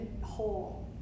whole